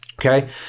Okay